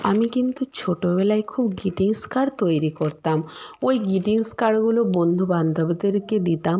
আমি কিন্তু ছোটোবেলায় খুব গ্রিটিংস কার্ড তৈরি করতাম ওই গ্রিটিংস কার্ডগুলো বন্ধু বান্ধবদেরকে দিতাম